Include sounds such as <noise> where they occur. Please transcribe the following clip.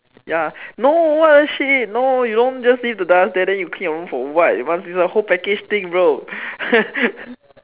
ya no what the shit no you don't just leave the dust there then you clean your room for what it must be a whole package thing bro <laughs>